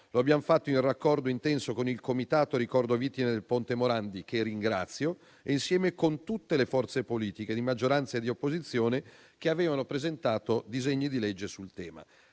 Lo abbiamo fatto in raccordo intenso con il Comitato «Ricordo vittime del Ponte Morandi», che ringrazio, e insieme con tutte le forze politiche di maggioranza e di opposizione che avevano presentato disegni di legge sul tema.